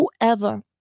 whoever